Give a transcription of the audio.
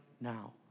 now